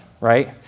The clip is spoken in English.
right